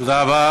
תודה רבה.